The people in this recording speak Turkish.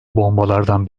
bombalardan